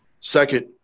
Second